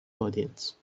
audience